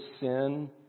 sin